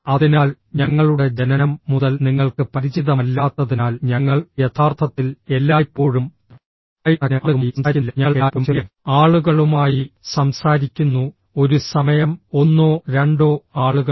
അതിനാൽ ഞങ്ങളുടെ ജനനം മുതൽ നിങ്ങൾക്ക് പരിചിതമല്ലാത്തതിനാൽ ഞങ്ങൾ യഥാർത്ഥത്തിൽ എല്ലായ്പ്പോഴും ആയിരക്കണക്കിന് ആളുകളുമായി സംസാരിക്കുന്നില്ല ഞങ്ങൾ എല്ലായ്പ്പോഴും ചെറിയ ആളുകളുമായി സംസാരിക്കുന്നു ഒരു സമയം ഒന്നോ രണ്ടോ ആളുകൾ